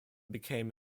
became